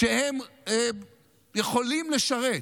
שיכולים לשרת,